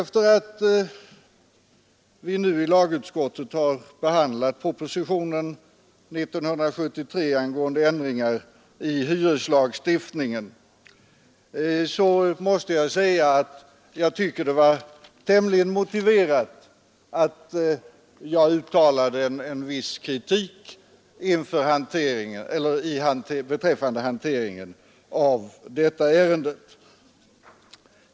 : Sedan vi nu i lagutskottet behandlat propositionen angående ändringar i hyreslagstiftningen måste jag säga att jag tycker att det var motiverat att jag uttalade en kritik beträffande regeringens hantering av detta ärende.